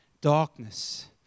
darkness